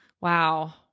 Wow